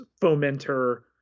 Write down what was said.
fomenter